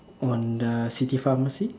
on the city pharmacy